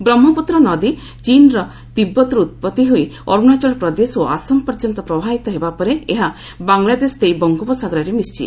ବ୍ରହ୍ମପୁତ୍ର ନଦୀ ଚୀନ୍ର ତୀବ୍ତରୁ ଉତ୍ପତ୍ତି ହୋଇ ଅରୁଣାଚଳ ପ୍ରଦେଶ ଓ ଆସାମ ପର୍ଯ୍ୟନ୍ତ ପ୍ରବାହିତ ହେବା ପରେ ଏହା ବାଙ୍ଗଲାଦେଶ ଦେଇ ବଙ୍ଗୋପସାଗରରେ ମିଶିଛି